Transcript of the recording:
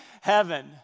heaven